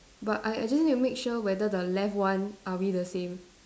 but I I just need to make sure whether the left one are we the same